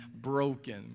broken